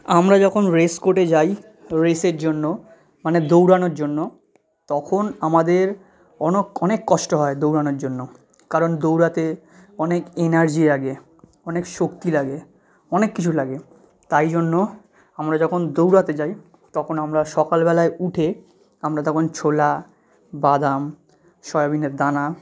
আমরা যখন রেস কোর্টে যাই রেসের জন্য মানে দৌড়ানোর জন্য তখন আমাদের অনক অনেক কষ্ট হয় দৌড়ানোর জন্য কারণ দৌড়াতে অনেক এনার্জি লাগে অনেক শক্তি লাগে অনেক কিছু লাগে তাই জন্য আমরা যখন দৌড়াতে যাই তখন আমরা সকালবেলায় উঠে আমরা তখন ছোলা বাদাম সয়াবিনের দানা